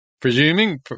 presuming